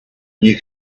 you